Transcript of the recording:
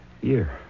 Year